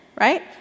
right